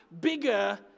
bigger